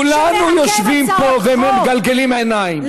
כולנו יושבים פה ומגלגלים עיניים.